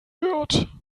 wird